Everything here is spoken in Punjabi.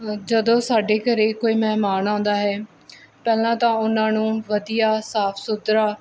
ਜਦੋਂ ਸਾਡੇ ਘਰ ਕੋਈ ਮਹਿਮਾਨ ਆਉਂਦਾ ਹੈ ਪਹਿਲਾਂ ਤਾਂ ਉਹਨਾਂ ਨੂੰ ਵਧੀਆ ਸਾਫ ਸੁਥਰਾ